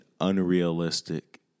unrealistic